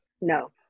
no